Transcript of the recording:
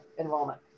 enrollment